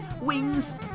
Wings